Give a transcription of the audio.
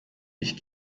ich